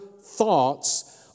thoughts